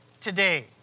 today